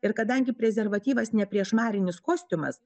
ir kadangi prezervatyvas ne priešmarinis kostiumas